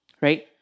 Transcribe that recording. Right